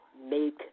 Make